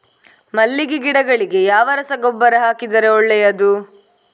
ಮಲ್ಲಿಗೆ ಗಿಡಗಳಿಗೆ ಯಾವ ರಸಗೊಬ್ಬರ ಹಾಕಿದರೆ ಒಳ್ಳೆಯದು?